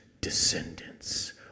descendants